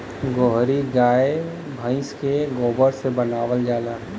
गोहरी गाय भइस के गोबर से बनावल जाला